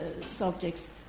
subjects